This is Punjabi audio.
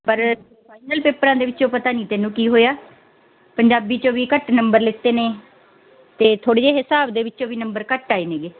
ਪਰ ਫਾਈਨਲ ਪੇਪਰਾਂ ਦੇ ਵਿੱਚੋਂ ਪਤਾ ਨਹੀਂ ਤੈਨੂੰ ਕੀ ਹੋਇਆ ਪੰਜਾਬੀ 'ਚ ਵੀ ਘੱਟ ਨੰਬਰ ਲਿਤੇ ਨੇ ਅਤੇ ਥੋੜ੍ਹੇ ਜਿਹੇ ਹਿਸਾਬ ਦੇ ਵਿੱਚੋਂ ਵੀ ਨੰਬਰ ਘੱਟ ਆਏ ਨੇਗੇ